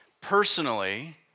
personally